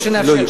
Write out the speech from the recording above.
לא שנאפשר.